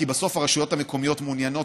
כי בסוף הרשויות המקומיות מעוניינות